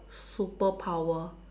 superpower